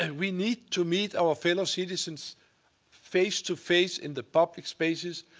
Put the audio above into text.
and we need to meet our fellow citizens face-to-face in the public spaces.